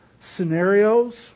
scenarios